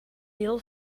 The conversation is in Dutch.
deel